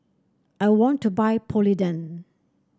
I want to buy Polident